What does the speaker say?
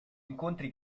incontri